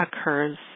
occurs